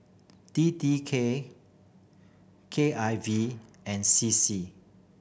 T T K K I V and C C